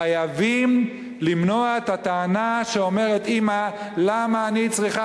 חייבים למנוע את הטענה שאומרת אמא: למה אני צריכה